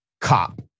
cop